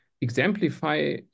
Exemplify